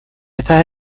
estas